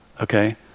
okay